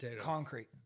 concrete